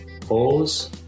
pause